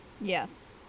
Yes